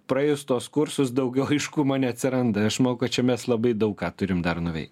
praėjus tuos kursus daugiau aiškumo neatsiranda aš manau kad čia mes labai daug ką turim dar nuveikt